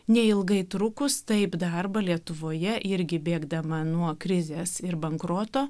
neilgai trukus taip darbą lietuvoje irgi bėgdama nuo krizės ir bankroto